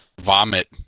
Vomit